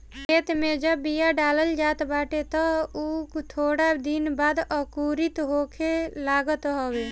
खेते में जब बिया डालल जात बाटे तअ उ थोड़ दिन बाद अंकुरित होखे लागत हवे